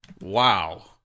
Wow